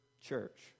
church